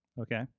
Okay